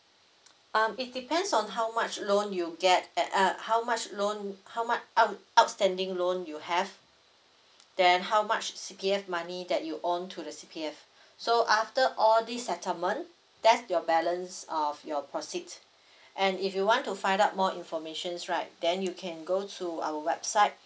um it depends on how much loan you get eh uh how much loan how much out~ outstanding loan you have then how much C_P_F money that you own to the C_P_F so after all this settlement that's your balance of your proceed and if you want to find out more information right then you can go to our website